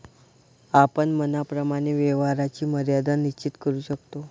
आपण मनाप्रमाणे व्यवहाराची मर्यादा निश्चित करू शकतो